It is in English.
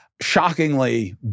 shockingly